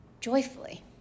joyfully